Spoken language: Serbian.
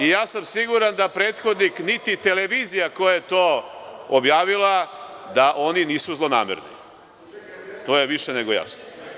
I, ja sam siguran da prethodnik niti televizija koja je to objavila da oni nisu zlonamerni, to je više nego jasno.